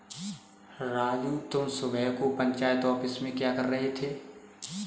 राजू तुम सुबह को पंचायत ऑफिस में क्या कर रहे थे?